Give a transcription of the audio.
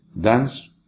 dance